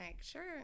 sure